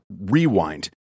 rewind